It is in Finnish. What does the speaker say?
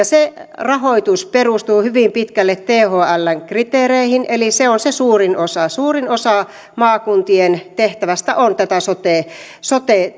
se rahoitus perustuu hyvin pitkälle thln kriteereihin eli se on se suurin osa suurin osa maakuntien tehtävästä on tätä sote